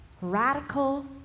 radical